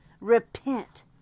Repent